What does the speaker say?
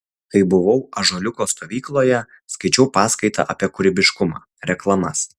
kai buvau ąžuoliuko stovykloje skaičiau paskaitą apie kūrybiškumą reklamas